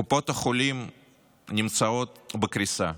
קופות החולים נמצאות בקריסה,